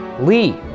Lee